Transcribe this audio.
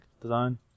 design